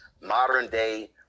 modern-day